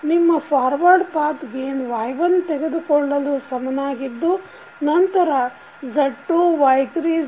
ನಿಮ್ಮ forward path gain Y1 ತೆಗೆದುಕೊಳ್ಳಲು ಸಮನಾಗಿದ್ದು ನಂತರ Z2 Y3 Z4